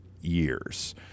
years